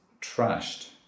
trashed